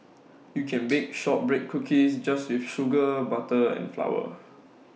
you can bake Shortbread Cookies just with sugar butter and flour